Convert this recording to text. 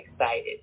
excited